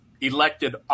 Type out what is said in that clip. elected